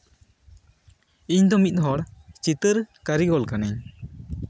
ᱤᱧ ᱫᱚ ᱢᱤᱫ ᱦᱚᱲ ᱪᱤᱛᱟᱹᱨ ᱠᱟᱨᱤᱜᱚᱞ ᱠᱟᱱᱟᱧ